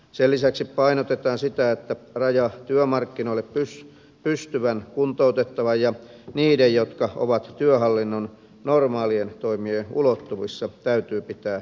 sen lisäksi painotetaan sitä että raja työmarkkinoille pystyvien kuntoutettavien ja niiden välillä jotka ovat työhallinnon normaalien toimien ulottuvissa täytyy pitää selkeänä